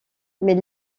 mais